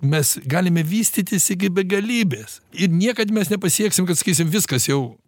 mes galime vystytis iki begalybės ir niekad mes nepasieksim kad sakysim viskas jau